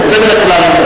יוצא מן הכלל,